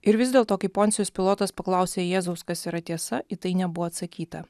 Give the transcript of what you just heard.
ir vis dėlto kai poncijus pilotas paklausė jėzaus kas yra tiesa į tai nebuvo atsakyta